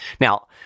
Now